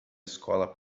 escola